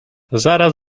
zaraz